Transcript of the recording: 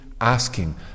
asking